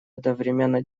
одновременно